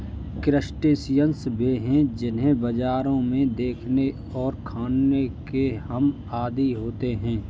crustaceans वे हैं जिन्हें बाजारों में देखने और खाने के हम आदी होते हैं